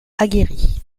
aguerris